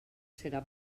serà